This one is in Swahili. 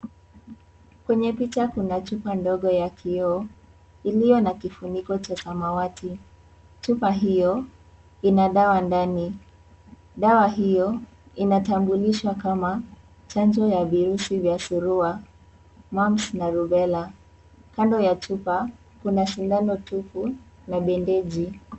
Kwenye picha kuna chupa ndogo ya kioo iliyo na kifuniko cha samawati. Chupa hiyo ina dawa ndani. Dawa hiyo inatambulishwa kama chanjo ya virusi vya surua mumps na rubella . Kando ya chupa kuna sindano tupu na bendeji.